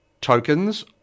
tokens